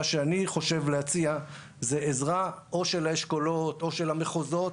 מה שאני חושב להציע זאת עזרה או של האשכולות או של המחוזות,